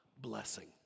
blessing